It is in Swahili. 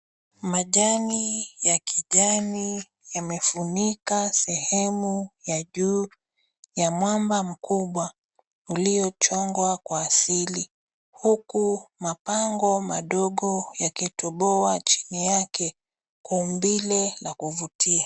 Majani ya kijani yamefunika sehemu ya juu ya mwamba mkubwa, uliochongwa kwa asili, huku mapango madogo yakitoboa chini yake kwa umbile la kuvutia